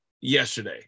yesterday